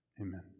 Amen